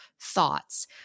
thoughts